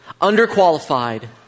under-qualified